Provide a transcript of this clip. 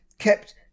kept